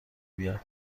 بیاد